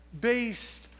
based